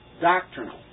doctrinal